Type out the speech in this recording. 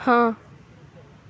ہاں